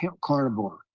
carnivore